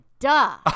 Duh